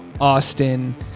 Austin